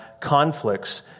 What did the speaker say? conflicts